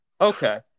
Okay